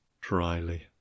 dryly